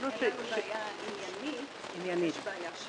אין לנו בעיה עניינית אבל יש בעיה של